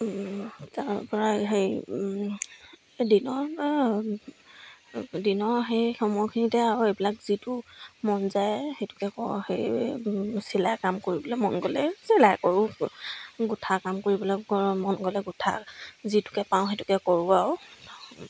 তাৰ পৰা সেই দিনৰ দিনৰ সেই সমূহখিনিতে আৰু এইবিলাক যিটো মন যায় সেইটোকে ক সেই চিলাই কাম কৰিবলৈ মন গ'লে চিলাই কৰোঁ গোঠা কাম কৰিবলৈৈ মন গ'লে গোঠা যিটোকে পাওঁ সেইটোকে কৰোঁ আৰু